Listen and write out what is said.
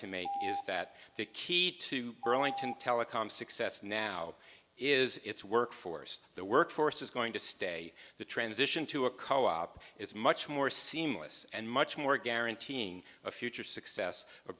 to make is that the key to growing telecom success now is its workforce the workforce is going to stay the transition to a co op it's much more seamless and much more guaranteeing a future success of